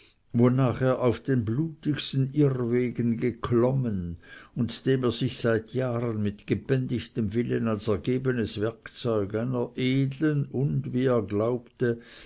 wonach er auf den blutigsten irrwegen geklommen und dem er sich seit jahren mit gebändigtem willen als ergebenes werkzeug einer edeln und wie er glaubte